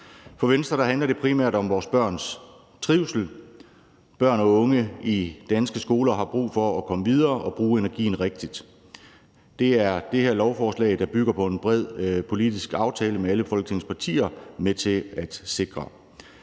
For Venstre handler det primært om vores børns trivsel. Børn og unge i danske skoler har brug for at komme videre og bruge energien rigtigt. Det er det her lovforslag, der bygger på en bred politisk aftale med alle Folketingets partier, med til at sikre.